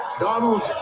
Donald